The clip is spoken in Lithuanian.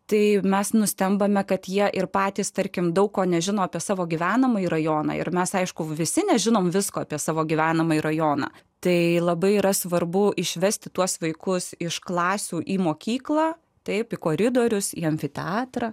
tai mes nustembame kad jie ir patys tarkim daug ko nežino apie savo gyvenamąjį rajoną ir mes aišku visi nežinome visko apie savo gyvenamąjį rajoną tai labai yra svarbu išvesti tuos vaikus iš klasių į mokyklą taip koridorius į amfiteatrą